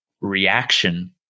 reaction